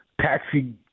taxi